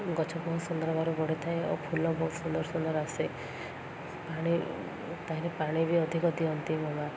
ଗଛ ବହୁତ ସୁନ୍ଦର ଭାବରେ ବଢ଼ିଥାଏ ଆଉ ଫୁଲ ବହୁତ ସୁନ୍ଦର ସୁନ୍ଦର ଆସେ ପାଣି ତା'ହେଲେ ପାଣି ବି ଅଧିକ ଦିଅନ୍ତି ମୋ ମାଆ